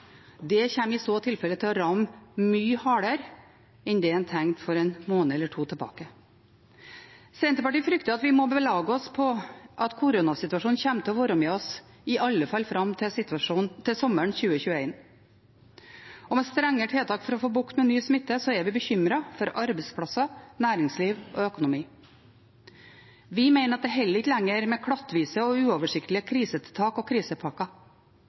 det kommer i så fall til å ramme mye hardere enn det en tenkte en måned eller to tilbake. Senterpartiet frykter at vi må belage oss på at koronasituasjonen kommer til å være med oss i alle fall fram til sommeren 2021, og med strengere tiltak for å få bukt med mye smitte er vi bekymret for arbeidsplasser, næringsliv og økonomi. Vi mener at det ikke lenger holder med klattvise og uoversiktlige krisetiltak og krisepakker.